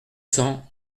cents